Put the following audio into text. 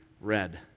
red